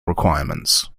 requirements